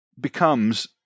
becomes